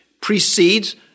precedes